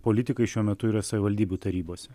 politikai šiuo metu yra savivaldybių tarybose